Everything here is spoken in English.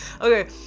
Okay